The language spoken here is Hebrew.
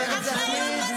מה הקשר לליברלי?